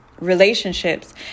relationships